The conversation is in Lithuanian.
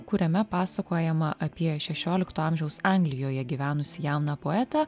kuriame pasakojama apie šešiolikto amžiaus anglijoje gyvenusį jauną poetą